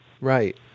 Right